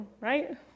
right